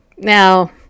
Now